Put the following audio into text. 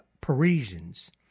Parisians